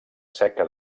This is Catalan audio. seca